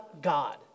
God